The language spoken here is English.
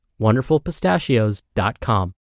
wonderfulpistachios.com